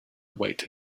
await